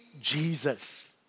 Jesus